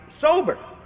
sober